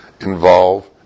involve